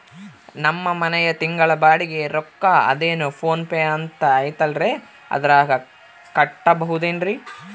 ನಮ್ಮ ಮನೆಯ ತಿಂಗಳ ಬಾಡಿಗೆ ರೊಕ್ಕ ಅದೇನೋ ಪೋನ್ ಪೇ ಅಂತಾ ಐತಲ್ರೇ ಅದರಾಗ ಕಟ್ಟಬಹುದೇನ್ರಿ?